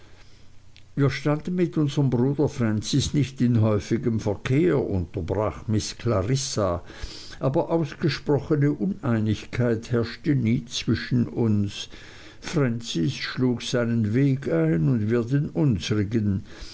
wir standen mit unserm bruder francis nicht in häufigem verkehr unterbrach miß clarissa aber ausgesprochene uneinigkeit herrschte nie zwischen uns francis schlug seinen weg ein und wir den